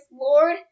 Lord